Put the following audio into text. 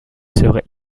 serait